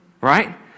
right